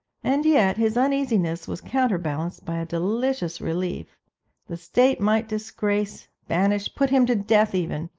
and yet his uneasiness was counterbalanced by a delicious relief the state might disgrace, banish, put him to death even,